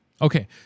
Okay